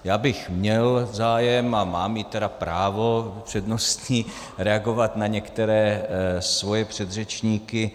Já bych měl zájem a mám i tedy právo přednostní reagovat na některé svoje předřečníky.